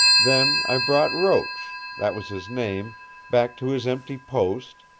then i brought roach that was his name back to his empty post,